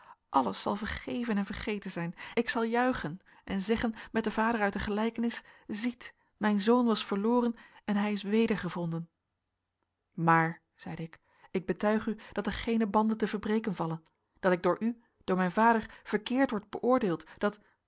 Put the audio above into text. alles zal vergeven en vergeten zijn ik zal juichen en zeggen met den vader uit de gelijkenis ziet mijn zoon was verloren en hij is wedergevonden maar zeide ik ik betuig u dat er geene banden te verbreken vallen dat ik door u door mijn vader verkeerd word beoordeeld dat